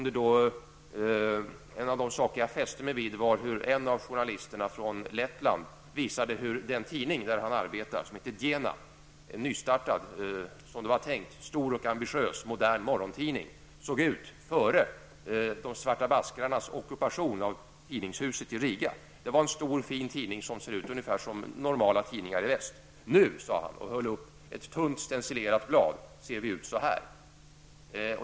En av de saker jag då fäste mig vid var att en av journalisterna från Lettland visade hur den tidning där han arbetar, Diena -- en nystartad och, som det var tänkt, stor och ambitiös modern morgontidning --, såg ut före de svarta baskrarnas ockupation av tidningshuset i Riga. Det var en stor fin tidning, som såg ut ungefär som normala tidningar i väst. Nu, sade han och höll upp ett tunt stencilerat blad, ser vi ut så här.